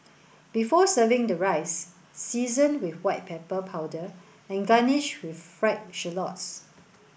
before serving the rice season with white pepper powder and garnish with fried shallots